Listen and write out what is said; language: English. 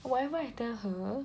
whatever I tell her